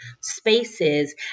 spaces